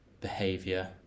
behavior